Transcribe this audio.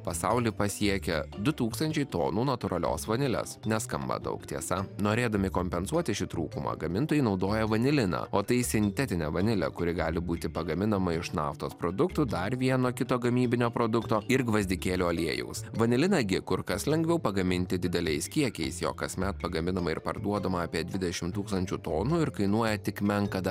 pasaulį pasiekia du tūkstančiai tonų natūralios vanilės neskamba daug tiesa norėdami kompensuoti šį trūkumą gamintojai naudoja vaniliną o tai sintetinė vanilė kuri gali būti pagaminama iš naftos produktų dar vieno kito gamybinio produkto ir gvazdikėlių aliejaus vaniliną gi kur kas lengviau pagaminti dideliais kiekiais jog kasmet pagaminama ir parduodama apie dvidešimt tūkstančių tonų ir kainuoja tik menką